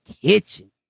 kitchen